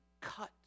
cut